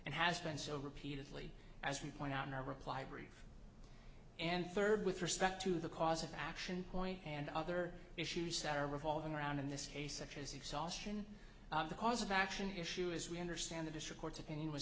and has been so repeatedly as we point out in our reply brief and third with respect to the cause of action point and other issues that are revolving around in this case such as exhaustion the cause of action issue as we understand the district court's opinion w